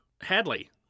Hadley